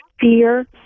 fear